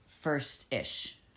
first-ish